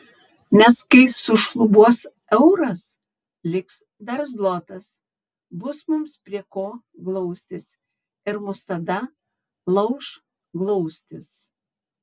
nes kai sušlubuos euras liks dar zlotas bus mums prie ko glaustis ir mus tada lauš glaustis